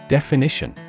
Definition